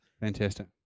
Fantastic